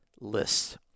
lists